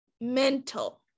mental